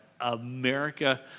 America